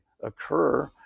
occur